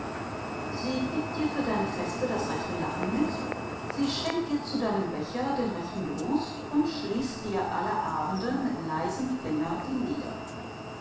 sie gibt dir für deine feste das rechte lachen mit sie schenkt dir zu deinem becher den rechten durst und schließt dir alle abende mit leisem finger die lider